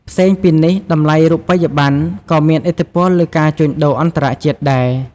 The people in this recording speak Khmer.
ផ្សេងពីនេះតម្លៃរូបិយប័ណ្ណ ក៏មានឥទ្ធិពលលើការជួញដូរអន្តរជាតិដែរ។